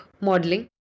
modeling